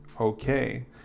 okay